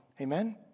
Amen